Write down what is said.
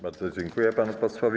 Bardzo dziękuję panu posłowi.